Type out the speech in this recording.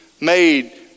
made